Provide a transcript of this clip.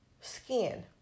skin